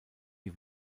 die